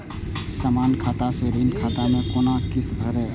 समान खाता से ऋण खाता मैं कोना किस्त भैर?